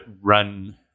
run